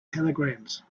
telegrams